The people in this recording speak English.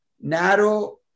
narrow